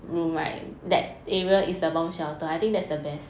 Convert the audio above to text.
room like that area is the bomb shelter I think that's the best